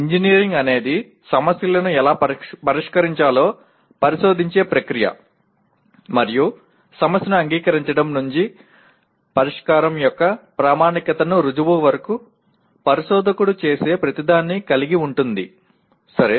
engineering అనేది సమస్యలను ఎలా పరిష్కరించాలో పరిశోధించే ప్రక్రియ మరియు సమస్యను అంగీకరించడం నుండి పరిష్కారం యొక్క ప్రామాణికతకు రుజువు వరకు పరిశోధకుడు చేసే ప్రతిదాన్ని కలిగి ఉంటుంది సరే